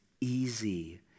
easy